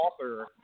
author